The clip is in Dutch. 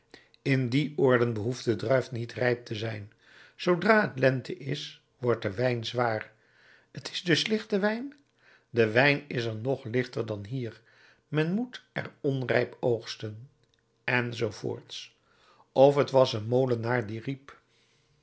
in die oorden behoeft de druif niet rijp te zijn zoodra t lente is wordt de wijn zwaar t is dus een lichte wijn de wijn is er nog lichter dan hier men moet er onrijp oogsten enz of t was een molenaar die riep